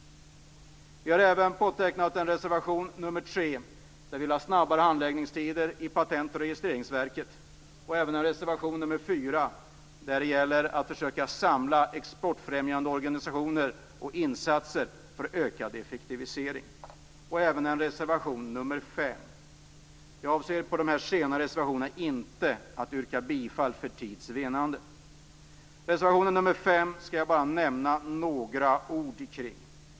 Vi har även påtecknat en reservation - nr 3 - där vi skriver att vi vill ha snabbare handläggningstider i Patent och registreringsverket, och även reservation nr 4, som gäller att försöka samla exportfrämjande organisationer och göra insatser för ökad effektivisering. Vi har även påtecknat reservation nr 5. Jag avser för tids vinnande att inte yrka bifall till dessa senare reservationer. Reservation nr 5 skall jag nämna några ord kring.